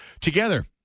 Together